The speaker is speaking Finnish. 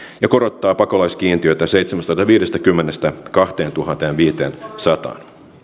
ja korottaa pakolaiskiintiötä seitsemästäsadastaviidestäkymmenestä kahteentuhanteenviiteensataan